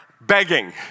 begging